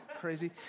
crazy